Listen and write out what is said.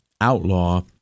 outlaw